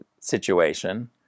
situation